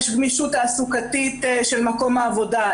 יש גמישות תעסוקתית של מקום העבודה,